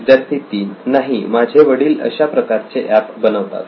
विद्यार्थी 3 नाही माझे वडील अशा प्रकारचे एप बनवतात